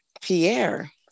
Pierre